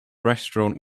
restaurant